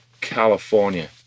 California